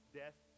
death